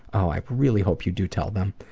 i really hope you do tell them.